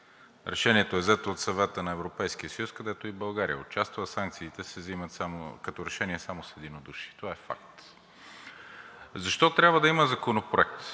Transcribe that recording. Решението е взето от Съвета на Европейския съюз, където и България участва, а санкциите се взимат като решение само с единодушие. Това е факт. Защо трябва да има Законопроект,